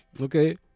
Okay